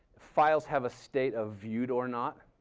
files have a state of viewed or not.